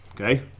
Okay